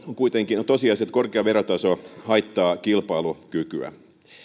kuitenkin on tosiasia että korkea verotaso haittaa kilpailukykyä